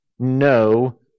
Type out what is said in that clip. no